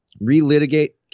re-litigate